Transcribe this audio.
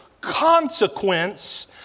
consequence